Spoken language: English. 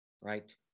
right